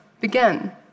began